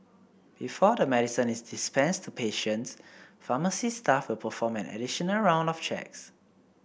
before the medicine is dispensed to patients pharmacy staff will perform an additional round of checks